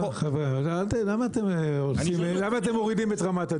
חבר'ה, למה אתם מורידים את רמת הדיון?